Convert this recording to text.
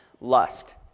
lust